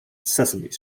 sesame